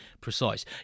precise